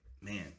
man